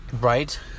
Right